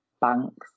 banks